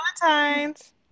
Valentine's